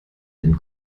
den